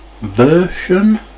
version